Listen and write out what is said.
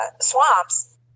swamps